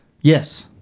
Yes